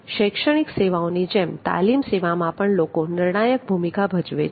શૈક્ષણિક સેવાઓની જેમ તાલીમ સેવામાં પણ લોકો નિર્ણાયક ભૂમિકા ભજવે છે